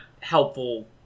helpful